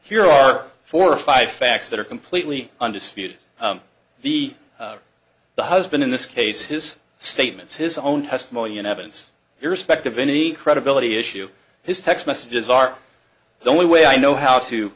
here are four or five facts that are completely undisputed the the husband in this case his statements his own testimony and evidence irrespective of any credibility issue his text messages are the only way i know how to